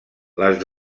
les